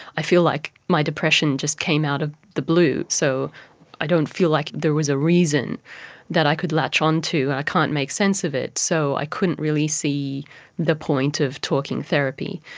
i feel like my depression just came out of the blue, so i don't feel like there was a reason that i could latch on to and i can't make sense of it, so i couldn't really see the point of talking therapy.